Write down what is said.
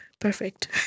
perfect